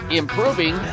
improving